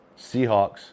Seahawks